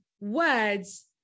words